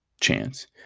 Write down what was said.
chance